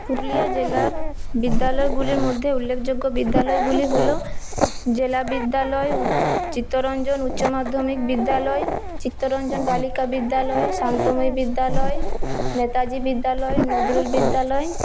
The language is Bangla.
পুরুলিয়া জেলার বিদ্যালয়গুলির মধ্যে উল্লেখযোগ্য বিদ্যালয়গুলি হল জেলা বিদ্যালয় চিত্তরঞ্জন উচ্চমাধ্যমিক বিদ্যালয় চিত্তরঞ্জন বালিকা বিদ্যালয় শান্তময়ী বিদ্যালয় নেতাজী বিদ্যালয় নজরুল বিদ্যালয়